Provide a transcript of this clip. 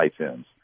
iTunes